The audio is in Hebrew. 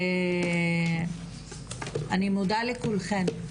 אני מודה לכולכן.